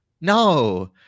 no